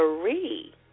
three